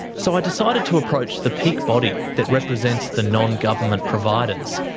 so i decided to approach the peak body that represents the non-government providers,